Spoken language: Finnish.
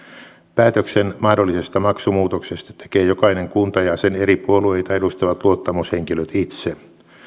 päätöksen mahdollisesta maksumuutoksesta tekee jokainen kunta ja sen tekevät eri puolueita edustavat luottamushenkilöt itse